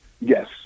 Yes